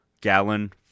gallon